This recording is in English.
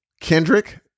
Kendrick